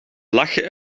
lachen